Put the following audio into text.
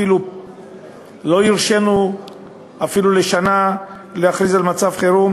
לא הרשינו להכריז על מצב חירום